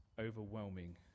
overwhelming